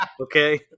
okay